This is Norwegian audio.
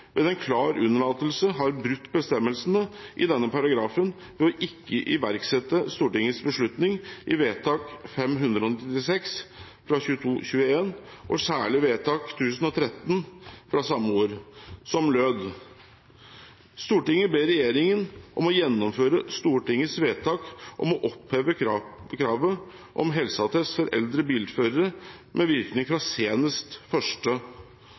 ved en klar unnlatelse har brutt bestemmelsene i denne paragrafen ved å ikke iverksette Stortingets beslutning i vedtak 596 for 2020–2021 og særlig vedtak 1013 for samme år, som lød: «Stortinget ber regjeringen om å gjennomføre Stortingets vedtak om å oppheve kravet om helseattest for eldre bilførere med virkning fra senest